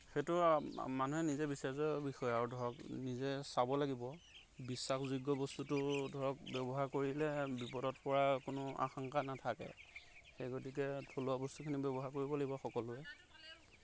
সেইটো মানুহে নিজে বিচাৰ্য বিষয় আৰু ধৰক নিজে চাব লাগিব বিশ্বাসযোগ্য বস্তুটো ধৰক ব্যৱহাৰ কৰিলে বিপদত পৰাৰ কোনো আশংকা নাথাকে সেই গতিকে থলুৱা বস্তুখিনি ব্যৱহাৰ কৰিব লাগিব সকলোৱে